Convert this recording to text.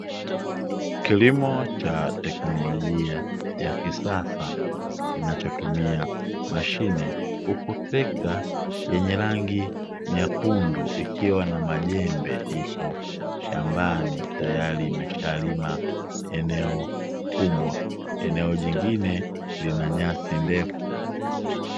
Kilimo cha teknolojia ya kisasa kinachotumia mashine, huku trekta yenye rangi nyekundu ikiwa na majembe ipo shambani, tayari imeshalima eneo kubwa, eneo jingine lina nyasi ndefu.